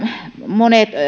monet